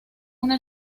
una